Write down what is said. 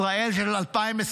ישראל של 2025,